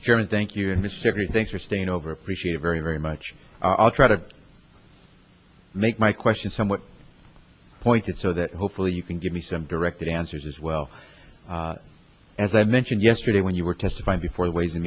german thank you in mississippi thanks for staying over appreciate a very very much i'll try to make my question somewhat pointed so that hopefully you can give me some direct answers as well as i mentioned yesterday when you were testifying before the ways and